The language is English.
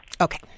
Okay